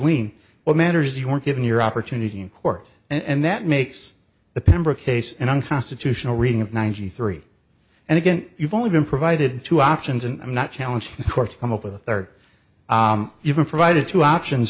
lean what matters you were given your opportunity in court and that makes the pembroke case and unconstitutional reading of ninety three and again you've only been provided two options and i'm not challenging court come up with a third even provided two options